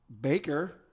Baker